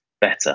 better